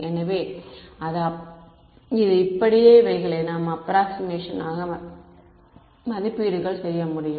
எனவே இது அப்படியே இவைகளை நாம் அப்ராக்க்ஷிமேஷனாக மதிப்பீடுகள் செய்ய முடியும்